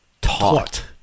taught